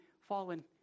fallen